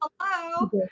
Hello